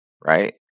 right